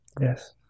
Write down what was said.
yes